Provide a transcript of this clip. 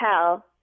tell